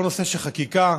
בכל הנושא של החקיקה,